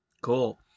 Cool